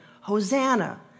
Hosanna